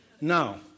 No